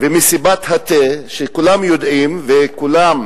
ו"מסיבת התה" שכולם יודעים, והרבה